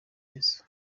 yesu